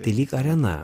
tai lyg arena